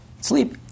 Sleep